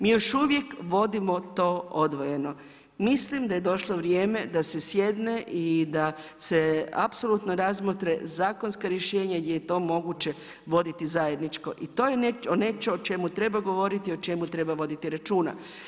Mi još uvijek vodimo to odvojeno, mislim da je došlo vrijeme da se jedne i da se apsolutno razmotre zakonska rješenja gdje je to moguće voditi zajedničko i to je nešto o čemu treba govoriti, o čemu treba voditi računa.